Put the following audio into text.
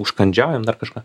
užkandžiaujam dar kažką